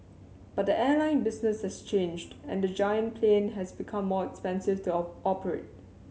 but the airline business has changed and the giant plane has become more expensive to operate